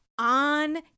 on